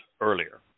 earlier